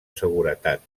seguretat